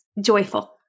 joyful